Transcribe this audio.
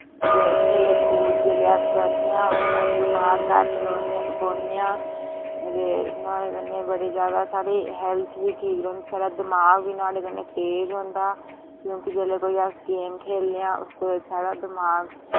ते खेढ़ कुद्द जेल्लै अस करने आं अस बमार घट्ट रौह्नें बौह्ने आं ते नुआढ़े कन्नै बड़े जैदा साढ़ी हैल्थ बी ठीक रौंह्दी साढ़ा दमाग बी नुआढ़े कन्नै तेज होंदा क्यूंकि जेल्लै कोई अस गेम खेढने आं उसदे बिच साढ़ा दमाग